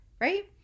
right